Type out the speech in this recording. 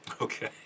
Okay